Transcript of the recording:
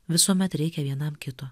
visuomet reikia vienam kito